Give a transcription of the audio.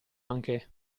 anche